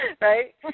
right